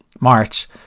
March